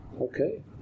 Okay